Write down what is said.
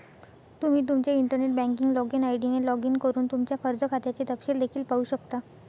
तुम्ही तुमच्या internet banking login ID ने लॉग इन करून तुमच्या कर्ज खात्याचे तपशील देखील पाहू शकता